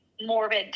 morbid